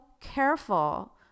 careful